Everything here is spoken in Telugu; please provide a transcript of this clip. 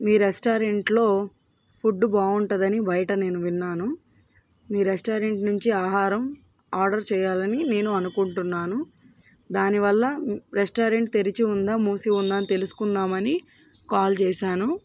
మీ రెస్టారెంట్లో ఫుడ్ బాగుంటుందని బయట నేను విన్నాను మీ రెస్టారెంట్ నుంచి ఆహారం ఆర్డర్ చేయాలని నేను అనుకుంటున్నాను దానివల్ల రెస్టారెంట్ తెరిచి ఉందా మూసి ఉందా అని తెలుసుకుందామని కాల్ చేశాను